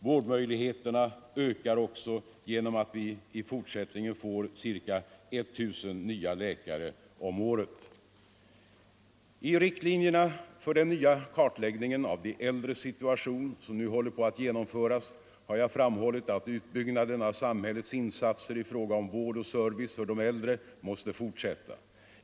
Vårdmöjligheterna ökar också genom att vi i fortsättningen får ca 1000 nya läkare om året. I riktlinjerna för den nya kartläggningen av de äldres situation som nu håller på att genomföras har jag framhållit, att utbyggnaden av samhällets insatser i fråga om vård och service för de äldre måste fortsätta.